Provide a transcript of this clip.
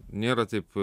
nėra taip